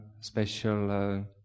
special